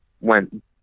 went